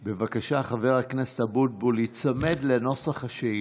בבקשה, חבר הכנסת אבוטבול, היצמד לנוסח השאילתה.